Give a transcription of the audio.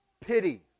Pity